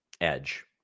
Edge